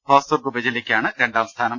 ഹോസ്ദുർഗ് ഉപജില്ലക്കാണ് രണ്ടാം സ്ഥാനം